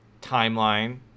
timeline